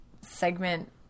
segment